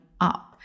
up